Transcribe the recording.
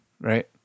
right